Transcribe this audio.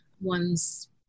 one's